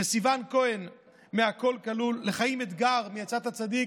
לסיוון כהן מהכול כלול, לחיים אתגר מיצאת צדיק,